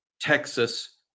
Texas